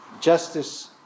justice